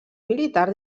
militar